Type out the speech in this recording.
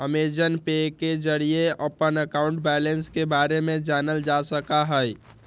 Amazon pay के जरिए अपन अकाउंट बैलेंस के बारे में जानल जा सका हई